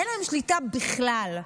אין להם שליטה בכלל.